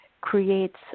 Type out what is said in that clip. creates